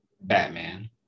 Batman